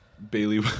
Bailey